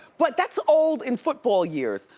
but that's old in football years.